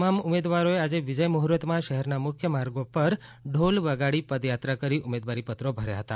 તમામ ઉમેદવારોએ આજે વિજય મુહુર્તમાં શહેરના મુખ્ય માર્ગો પર ઢોલ વગાડી પદયાત્રા કરી ઉમેદવારી પત્રો ભર્યા હતા